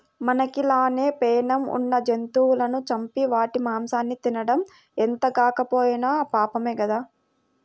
మనకి లానే పేణం ఉన్న జంతువులను చంపి వాటి మాంసాన్ని తినడం ఎంతగాకపోయినా పాపమే గదా